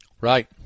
Right